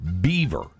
beaver